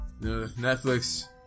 Netflix